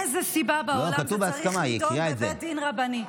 איזו סיבה בעולם יש לטעון בבית דין רבני?